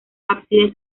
ábside